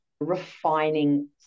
refining